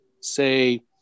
say